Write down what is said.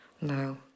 No